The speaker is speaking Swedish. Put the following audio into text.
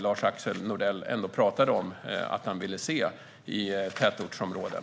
Lars-Axel Nordell pratade ändå om att han ville se en sådan i tätortsområden.